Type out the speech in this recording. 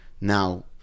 now